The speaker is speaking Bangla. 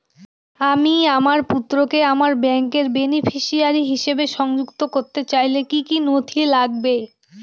আমি আমার পুত্রকে আমার ব্যাংকের বেনিফিসিয়ারি হিসেবে সংযুক্ত করতে চাইলে কি কী নথি লাগবে?